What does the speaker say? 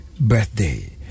birthday